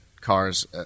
cars